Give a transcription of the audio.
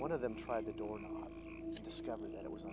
one of them tried the door and discovered that it was